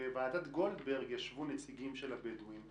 בוועדת גולדברג ישבו נציגים של הבדואים.